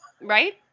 Right